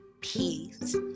peace